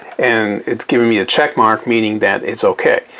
and it's giving me a check mark meaning that it's okay.